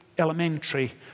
Elementary